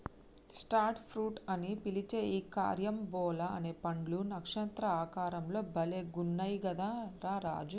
star fruits అని పిలిచే ఈ క్యారంబోలా అనే పండ్లు నక్షత్ర ఆకారం లో భలే గున్నయ్ కదా రా రాజు